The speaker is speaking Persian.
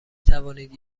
توانید